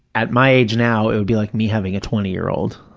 at my age now, it would be like me having a twenty year old.